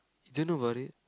do you know about it